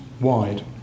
wide